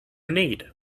need